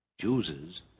chooses